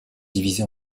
divisé